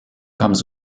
comes